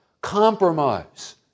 Compromise